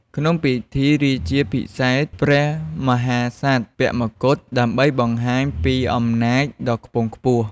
ក្នុងពិធីរាជាភិសេក ព្រះមហាក្សត្រពាក់ម្កុដ ដើម្បីបង្ហាញពីអំណាចដ៏ខ្ពង់ខ្ពស់។